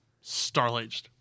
starlight